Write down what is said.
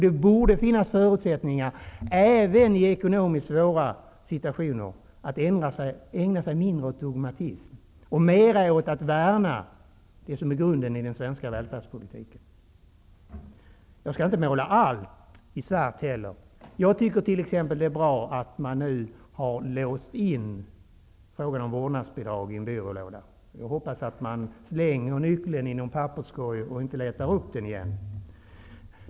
Det borde finnas förutsättningar för att man, även i ekonomiskt svåra situationer, ägnar sig något mindre åt dogmatik och mer åt att värna det som är grunden i den svenska välfärdspolitiken. Jag skall inte måla allt i svart. Jag tycker t.ex. att det är bra att man nu har låst in frågan om vårdnadsbidrag i en byrålåda, och jag hoppas att man slänger nyckeln i en papperskorg och inte letar upp den igen.